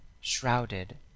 shrouded